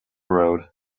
road